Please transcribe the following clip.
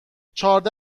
چهارده